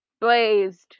blazed